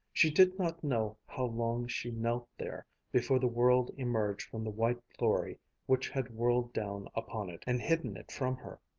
she did not know how long she knelt there before the world emerged from the white glory which had whirled down upon it, and hidden it from her.